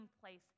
place